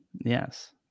Yes